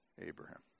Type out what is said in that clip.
Abraham